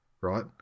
Right